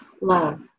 love